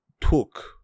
Took